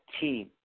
team